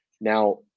Now